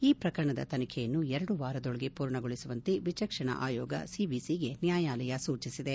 ಈ ಪ್ರಕರಣದ ತನಿಖೆಯನ್ನು ಎರಡು ವಾರದೊಳಗೆ ಪೂರ್ಣಗೊಳಿಸುವಂತೆ ವಿಚಕ್ಷಣಾ ಆಯೋಗ ಸಿವಿಸಿಗೆ ನ್ಗಾಯಾಲಯ ಸೂಚಿಸಿದೆ